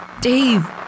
Dave